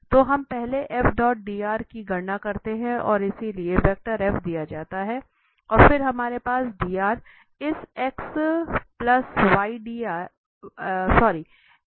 तो हम पहले की गणना करते हैं और इसलिए दिया जाता है और फिर हमारे पास इस की तरह है